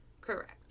Correct